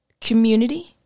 Community